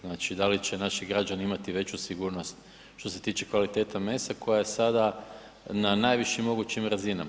Znači da li će naši građani imati veću sigurnost što se tiče kvalitete mesa koja je sada na najvišim mogućim razinama?